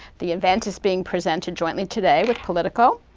the event is being presented jointly today with politico.